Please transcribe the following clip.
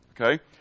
Okay